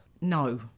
No